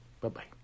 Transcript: Bye-bye